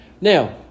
Now